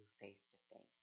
face-to-face